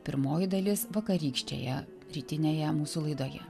pirmoji dalis vakarykštėje rytinėje mūsų laidoje